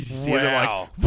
Wow